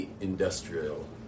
industrial